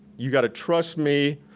you gotta trust me.